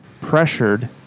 pressured